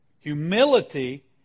Humility